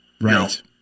Right